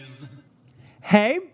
Hey